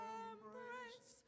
embrace